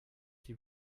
die